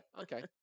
okay